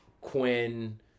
Quinn